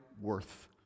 worth